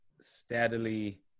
steadily